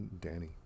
Danny